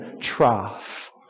trough